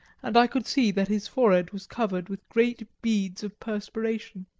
and i could see that his forehead was covered with great beads of perspiration.